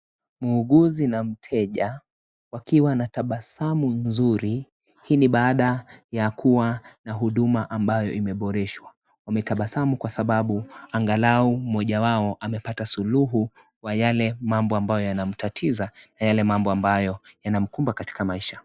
Muuguzi na mteja, wakiwa na tabasamu nzuri hii ni baada ya kuwa na huduma ambayo imeboreshwa. Wametabasamu kwa sababu angalau mmoja wao amepata suluhu kwa yale mambo ambayo yanamtatiza na yale mambo ambayo yanamkumba katika maisha.